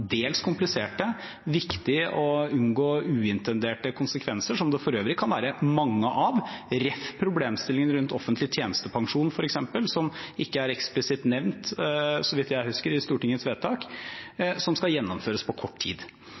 viktig å unngå uintenderte konsekvenser, som det for øvrig kan være mange av, jf. problemstillingen rundt offentlig tjenestepensjon, f.eks., som ikke er eksplisitt nevnt – så vidt jeg husker – i Stortingets vedtak, som skal gjennomføres på kort tid.